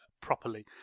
properly